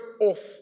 off